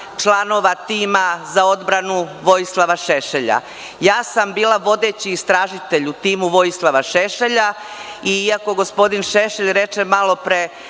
članova tima za odbranu Vojislava Šešelja. Ja sam bila vodeći istražitelj u timu Vojislava Šešelja, iako gospodin Šešelj reče malopre